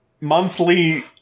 monthly